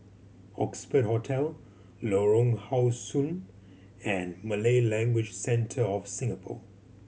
Oxford Hotel Lorong How Sun and Malay Language Centre of Singapore